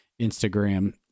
Instagram